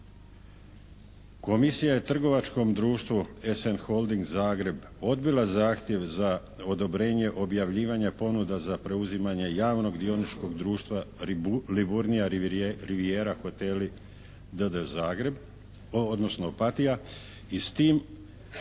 Komisija je trgovačkom društvu "SN Holding" Zagreb, odbila zahtjev za odobrenje objavljivanja ponuda za preuzimanje javnog dioničkog društva "Liburnija rivijera hoteli" d.d. Zagreb, odnosno Opatija i s tim